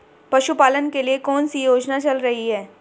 पशुपालन के लिए कौन सी योजना चल रही है?